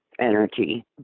Energy